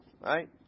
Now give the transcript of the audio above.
right